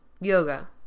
Yoga